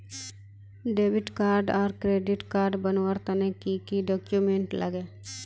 Debit आर credit card बनवार तने की की डॉक्यूमेंट लागे?